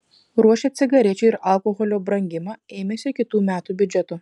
ruošia cigarečių ir alkoholio brangimą ėmėsi kitų metų biudžeto